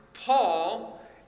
Paul